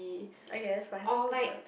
I guess but haven't been to a